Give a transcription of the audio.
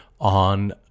on